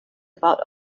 about